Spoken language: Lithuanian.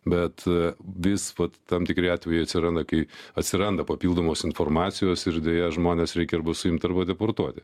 bet vis va tam tikri atvejai atsiranda kai atsiranda papildomos informacijos ir deja žmones reikia arba suimt arba deportuoti